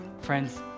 Friends